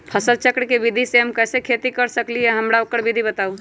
फसल चक्र के विधि से हम कैसे खेती कर सकलि ह हमरा ओकर विधि बताउ?